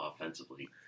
offensively